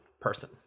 person